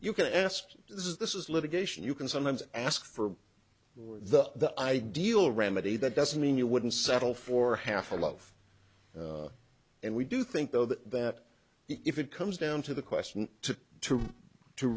you can ask this is this is litigation you can sometimes ask for or the ideal remedy that doesn't mean you wouldn't settle for half a loaf and we do think though that that if it comes down to the question to two to